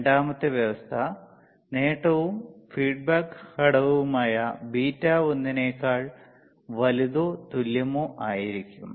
രണ്ടാമത്തെ വ്യവസ്ഥ നേട്ടവും ഫീഡ്ബാക്ക് ഘടകവുമായ ബീറ്റ 1 നെക്കാൾ വലുതോ തുല്യമോ ആയിരിക്കണം